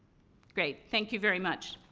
great. thank you very much.